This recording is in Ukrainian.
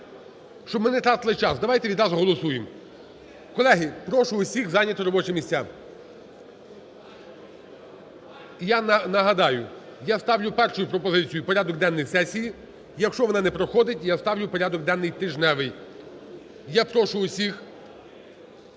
Щоб ми не тратили час, давайте відразу голосуємо. Колеги, прошу всіх зайняти робочі місця. Я нагадаю: я ставлю першою пропозицію порядок денний сесії. Якщо вона не проходить, я ставлю порядок денний тижневий. Я прошу всіх